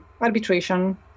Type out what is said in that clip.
arbitration